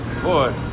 Boy